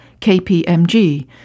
KPMG